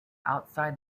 outside